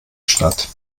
stadt